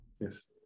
Yes